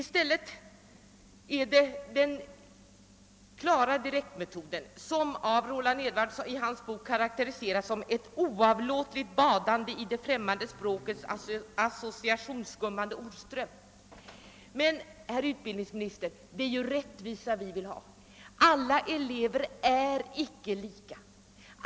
I stället gäller det den renodlade direktmetoden som i Roland Edwardssons bok karakteriseras som ett »oavlåtligt badande i det främmande språkets associationsskummande ordström». Men, herr utbildningsminister, det är ju rättvisa vi vill ha. Alla elever är icke lika.